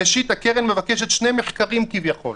ראשית, הקרן מבקשת שני מחקרים, כביכול,